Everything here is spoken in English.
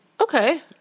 okay